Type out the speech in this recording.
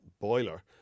boiler